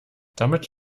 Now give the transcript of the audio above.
damit